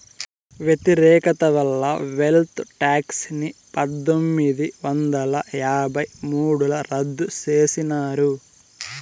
వ్యతిరేకత వల్ల wealth tax ని పందొమ్మిది వందల యాభై మూడుల రద్దు చేసినారు